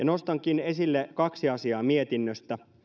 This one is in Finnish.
nostankin esille kaksi asiaa mietinnöstä